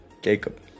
Jacob